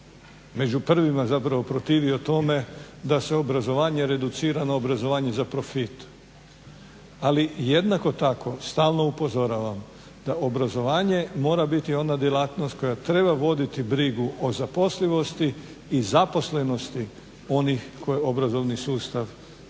među prvima protivio tome da se obrazovanje reducira na obrazovanje za profit, ali jednako tako stalno upozoravam da obrazovanje mora biti ona djelatnost koja treba voditi brigu o zaposlivosti i zaposlenosti onih koje obrazovnih sustav